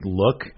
look